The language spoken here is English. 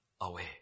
away